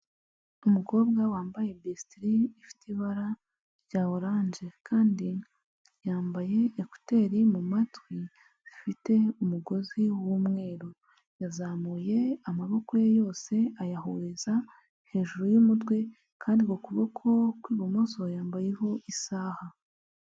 Umukobwa wambaye bisitiri ifite ibara rya oranje, kandi yambaye ekuteri mu matwi zifite umugozi w'umweru, yazamuye amaboko ye yose ayahuriza hejuru y'umutwe, kandi ku kuboko kwe kw'ibumoso yambayeho isaha.